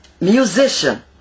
musician